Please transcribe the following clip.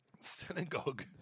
Synagogue